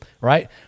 right